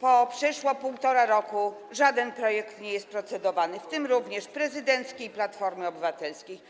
po przeszło 1,5 roku żaden projekt nie jest procedowany, w tym również prezydencki i projekt Platformy Obywatelskiej.